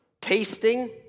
tasting